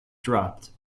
dropped